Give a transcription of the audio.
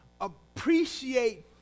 appreciate